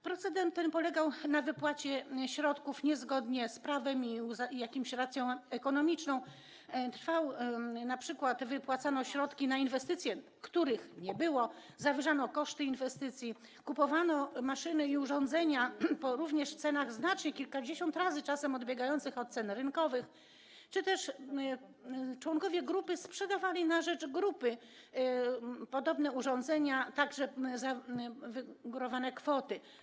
Proceder ten polegał na wypłacie środków niezgodnie z prawem i racją ekonomiczną, np. wypłacano środki na inwestycje, których nie było, zawyżano koszty inwestycji, kupowano maszyny i urządzenia również po cenach znacznie, czasem kilkadziesiąt razy wyższych, odbiegających od cen rynkowych, czy też członkowie grupy sprzedawali na rzecz grupy podobne urządzenia także za wygórowane kwoty.